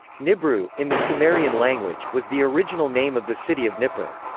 nibru, in the sumerian language, was the original name of the city of nippur.